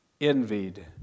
envied